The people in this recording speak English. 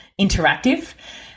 interactive